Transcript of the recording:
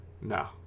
No